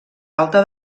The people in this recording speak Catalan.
alta